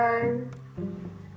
Bye